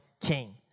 king